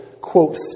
quote